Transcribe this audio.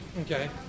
Okay